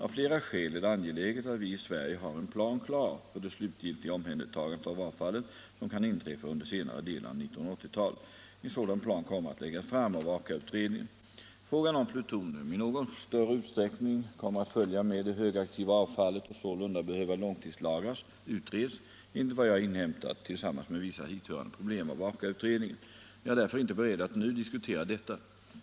Av flera skäl är det angeläget att vi i Sverige har en plan klar för det slutgiltiga omhändertagandet av avfallet, som kan inträffa under senare delen av 1980-talet. En sådan plan kommer att läggas fram av AKA-utredningen. Frågan om plutonium, i någon större utsträckning, kommer att följa med det högaktiva avfallet och sålunda behöva långtidslagras utreds, enligt vad jag inhämtat, tillsammans med vissa hithörande problem av AKA-utredningen. Jag är därför inte beredd att nu diskutera detta.